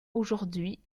aujourd’hui